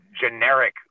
generic